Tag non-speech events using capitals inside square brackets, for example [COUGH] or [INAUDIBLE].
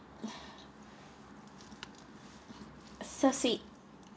[BREATH] succeed